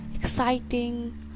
exciting